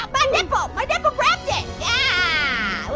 um my nipple, ah my nipple grabbed it. yeah,